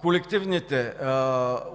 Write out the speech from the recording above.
потребители.